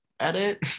edit